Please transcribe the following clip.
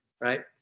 Right